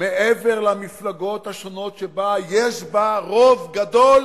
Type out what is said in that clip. מעבר למפלגות השונות שבה, יש בה רוב גדול